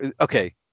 okay